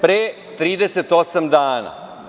Pre 38 dana.